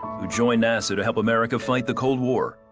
who joined nasa to help america fight the cold war,